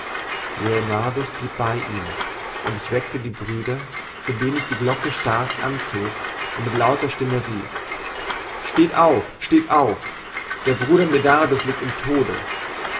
leonardus blieb bei ihm und ich weckte die brüder indem ich die glocke stark anzog und mit lauter stimme rief steht auf steht auf der bruder medardus liegt im tode